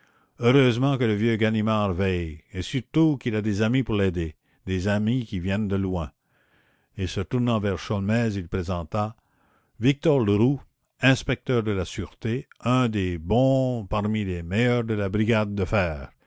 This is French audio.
heureusement que le vieux ganimard veille et surtout qu'il a des amis pour l'aider des amis qui viennent de loin et se tournant vers sholmès il présenta victor leroux inspecteur de la sûreté un des bons parmi les meilleurs de la brigade de fer